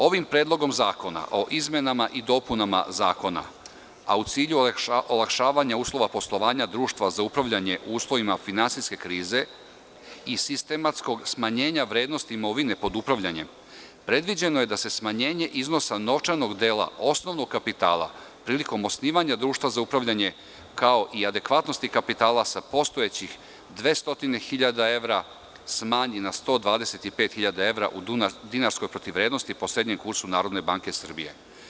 Ovim predlogom zakona o izmenama i dopunama zakona a u cilju olakšavanja uslova poslovanja društava za upravljanje u uslovima finansijske krize i sistematskog smanjenja vrednosti imovine pod upravljanjem, predviđeno je da se smanjenje iznosa novčanog dela osnovnog kapitala prilikom osnivanja društva za upravljanje kao i adekvatnosti kapitala sa postojećih 200.000 hiljada evra smanji na 125.000 evra u dinarskoj protivrednosti po srednjem kursu Narodne banke Srbije.